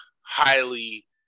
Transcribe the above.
highly